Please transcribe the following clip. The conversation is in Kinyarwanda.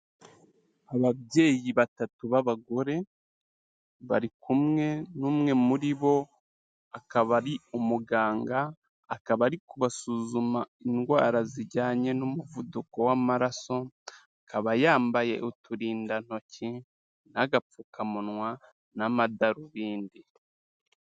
Ababyeyi batatu b'abagore bari kumwe n'umwe muri bo akaba ari umuganga, akaba ari kubasuzuma indwara zijyanye n'umuvuduko w'amaraso, akaba yambaye uturindantoki n'agapfukamunwa n'amadarubindi.